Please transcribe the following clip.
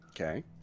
Okay